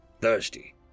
thirsty